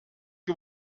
que